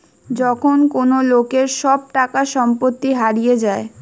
যখন কোন লোকের সব টাকা সম্পত্তি হারিয়ে যায়